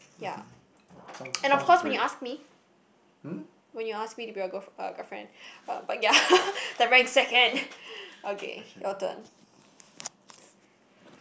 mmhmm oh sounds sounds great um